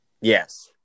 Yes